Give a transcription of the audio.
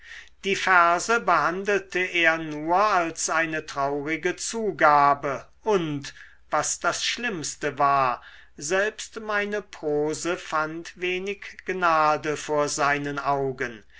die verse behandelte er nur als eine traurige zugabe und was das schlimmste war selbst meine prose fand wenig gnade vor seinen augen